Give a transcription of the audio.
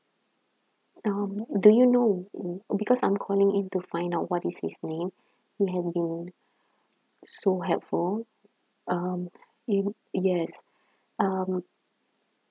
um do you know because I'm calling in to find out what is his name he has been so helpful um he yes um